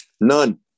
None